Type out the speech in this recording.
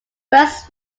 first